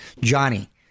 Johnny